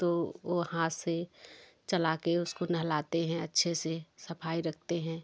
तो वो हाथ से चलाके उसको नहलाते हैं अच्छे से सफाई रखते हैं